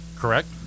Correct